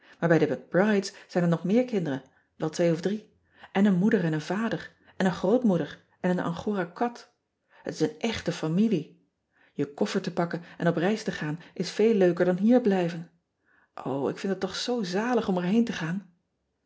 bij de c rides zijn er nog meer kinderen wel twee of drie en een moeder ean ebster adertje angbeen en een vader en een grootmoeder en een ngora kat et is een echte familie e koffer te pakken en op reis te gaan is veel leuker dan hier blijven ik vind het toch zoo zalig om er heen te gaan